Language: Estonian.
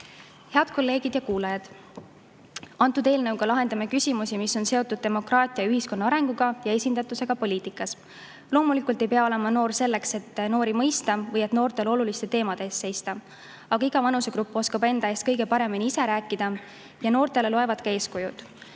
Head kolleegid ja kuulajad! Antud eelnõuga lahendame küsimusi, mis on seotud demokraatia ja ühiskonna arenguga, [noorte] esindatusega poliitikas. Loomulikult ei pea olema noor selleks, et noori mõista või et noortele oluliste teemade eest seista. Aga iga vanusegrupp oskab enda eest kõige paremini ise rääkida ja noortele loevad ka eeskujud.